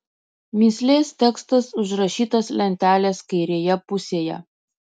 mįslės tekstas užrašytas lentelės kairėje pusėje